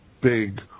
big